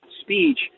speech